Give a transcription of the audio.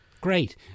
Great